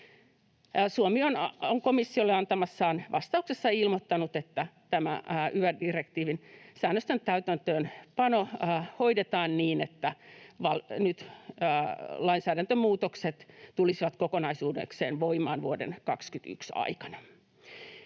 Suomi on komissiolle antamassaan vastauksessa ilmoittanut, että yva-direktiivin säännösten täytäntöönpano hoidetaan niin, että lainsäädäntömuutokset tulisivat kokonaisuudessaan voimaan vuoden 21 aikana.